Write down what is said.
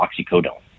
oxycodone